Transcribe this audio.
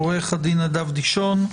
עו"ד נדב דישון.